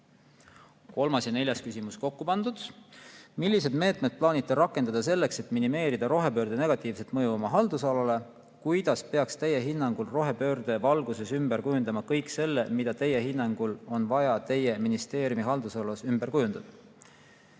Kolmas ja neljas küsimus on kokku pandud: "Milliseid meetmeid plaanite rakendada selleks, et tagada minimeerida rohepöörde negatiivset mõju oma haldusalale? Kuidas peaks Teie hinnangul rohepöörde valguses ümber kujundama kõik selle, mida Teie hinnangul on vaja Teie ministeeriumi haldusalas ümber kujundada?"